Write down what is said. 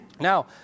Now